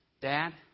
Dad